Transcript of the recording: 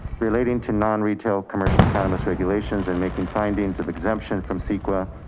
relating to non retail, commercial cannabis regulations and making findings of exemption from ceqa.